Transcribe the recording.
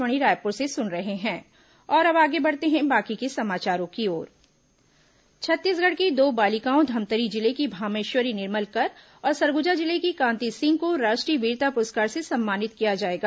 वीरता पुरस्कार छत्तीसगढ़ की दो बालिकाओं धमतरी जिले की भामेश्वरी निर्मलकर और सरगुजा जिले की कांति सिंग को राष्ट्रीय वीरता पुरस्कार से सम्मानित किया जाएगा